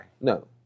No